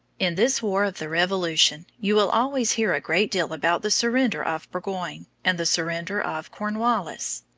in this war of the revolution you will always hear a great deal about the surrender of burgoyne and the surrender of cornwallis.